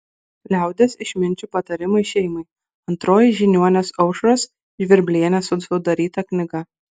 liaudies išminčių patarimai šeimai antroji žiniuonės aušros žvirblienės sudaryta knyga